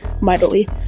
mightily